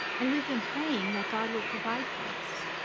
and we've been praying that god would provide for us.